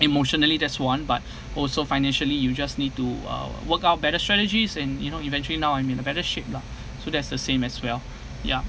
emotionally that's one but also financially you just need to uh work out better strategies and you know eventually now I'm in a better shape lah so that's the same as well ya